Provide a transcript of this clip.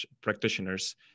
practitioners